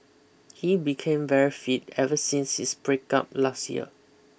he became very fit ever since his breakup last year